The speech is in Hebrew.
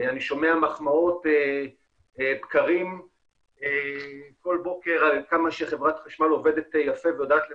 ואני שומע מחמאות כל בוקר כמה שחברת חשמל עובדת יפה ויודעת לבצע,